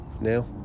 now